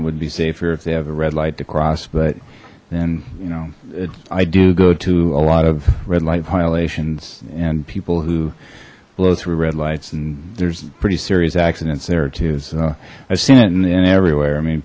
it would be safer if they have a red light to cross but then you know i do go to a lot of red light violations and people who blow through red lights and there's pretty serious accidents there it is i've seen it in everywhere i mean